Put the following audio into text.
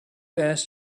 asked